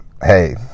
hey